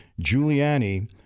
Giuliani